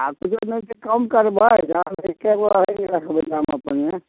आपसियेमे से कम करबै दाम एक्के गो रहै नहि रखबै दाम अपने